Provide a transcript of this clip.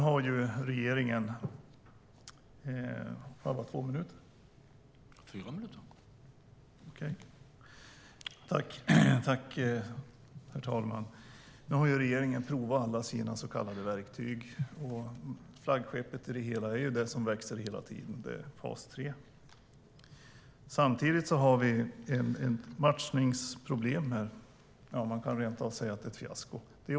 Herr talman! Nu har regeringen provat alla sina så kallade verktyg. Flaggskeppet i det hela är det som växer hela tiden, nämligen fas 3. Samtidigt finns det matchningsproblem. Det är rent av ett fiasko.